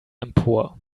empor